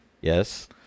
Yes